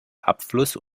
abfluss